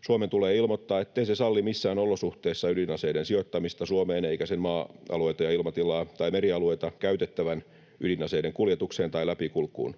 Suomen tulee ilmoittaa, ettei se salli missään olosuhteissa ydinaseiden sijoittamista Suomeen eikä sen maa-alueita ja ilmatilaa tai merialueita käytettävän ydinaseiden kuljetukseen tai läpikulkuun,